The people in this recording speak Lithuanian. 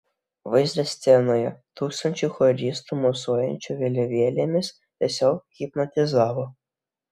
vaizdas scenoje tūkstančiai choristų mosuojančių vėliavėlėmis tiesiog hipnotizavo